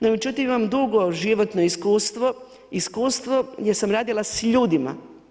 No međutim, imam dugo životno iskustvo, iskustvo jer sam radila s ljudima.